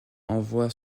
envoie